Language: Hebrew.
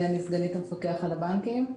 אני סגנית המפקח על הבנקים,